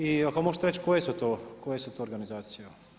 I ako možete reći, koje su to organizacije?